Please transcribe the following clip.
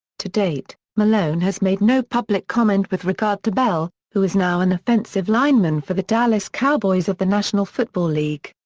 to date, malone has made no public comment with regard to bell, who is now an offensive lineman for the dallas cowboys of the national football league.